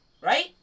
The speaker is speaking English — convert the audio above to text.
Right